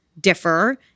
differ